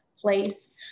place